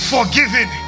Forgiven